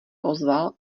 ozval